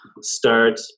start